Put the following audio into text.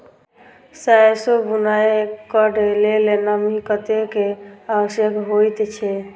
सैरसो बुनय कऽ लेल नमी कतेक आवश्यक होइ छै?